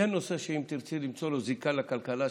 כי אין נושא שאם תרצי למצוא לו זיקה לכלכלה,